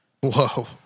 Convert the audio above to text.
Whoa